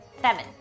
Seven